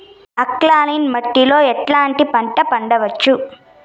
Alkaline మట్టి లో ఎట్లాంటి పంట పండించవచ్చు,?